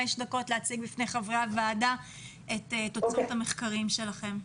בפני חברי הוועדה את תוצאות המחקרים שלכם.